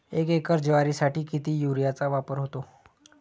एक एकर ज्वारीसाठी किती युरियाचा वापर होतो?